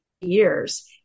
years